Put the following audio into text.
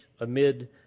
amid